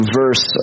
verse